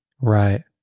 Right